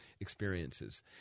experiences